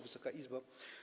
Wysoka Izbo!